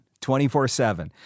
24-7